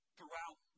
Throughout